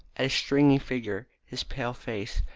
at his stringy figure, his pale face,